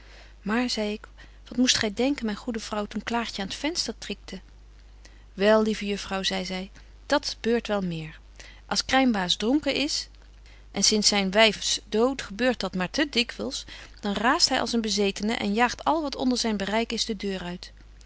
maar zei ik wat moest gy denken myn goede vrouw toen klaartje aan t vengster tikte wel lieve juffrouw zei zy dat beurt wel meer als krynbaas dronken is en zins zyn wyfs dood gebeurt dat maar te dikwyls dan raast hy als een bezetene en jaagt al wat onder zyn bereik is de deur uit